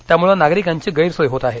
त्यामुळे नागरिकांची गैरसोय होत आहे